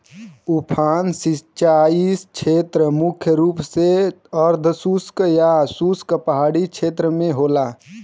उफान सिंचाई छेत्र मुख्य रूप से अर्धशुष्क या शुष्क पहाड़ी छेत्र में होला